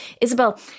Isabel